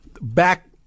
back